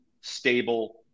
stable